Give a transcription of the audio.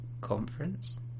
conference